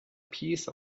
piece